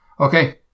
Okay